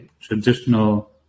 traditional